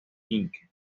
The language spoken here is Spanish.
inc